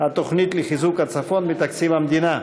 התוכנית לחיזוק הצפון מתקציב המדינה.